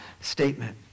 statement